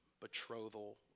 betrothal